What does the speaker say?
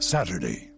Saturday